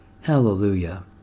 Hallelujah